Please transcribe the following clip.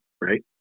right